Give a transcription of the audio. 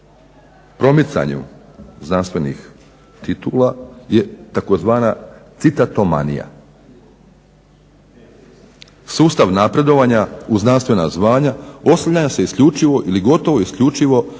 promicanju znanstvenih titula je tzv. citatomanija. Sustav napredovanja u znanstvena zvanja oslanja se isključivo ili gotovo isključivo na